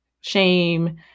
shame